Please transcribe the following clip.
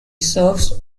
serves